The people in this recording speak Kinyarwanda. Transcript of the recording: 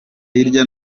hirya